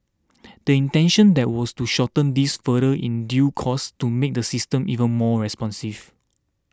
the intention then was to shorten this further in due course to make the system even more responsive